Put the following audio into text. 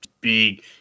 big –